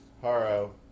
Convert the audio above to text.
Haro